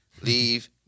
leave